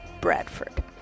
Bradford